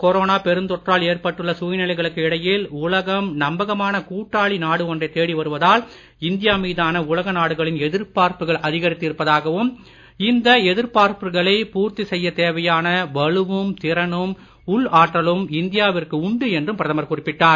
corona பெருந் தொற்றால் ஏற்பட்டுள்ள சூழ்நிலைகளுக்கு இடையில் உலகம் நம்பகமான கூட்டாளி நாடு ஒன்றை தேடி வருவதால் இந்தியா மீதான உலக நாடுகளின் எதிர்பார்ப்புகள் அதிகரித்து இருப்பதாகவும் இந்த எதிர்பார்ப்புகளை பூர்த்தி செய்யத் தேவையான வலுவும் திறனும் உள் ஆற்றலும் இந்தியாவிற்கு உண்டு என்றும் பிரதமர் குறிப்பிட்டார்